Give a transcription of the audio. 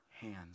hands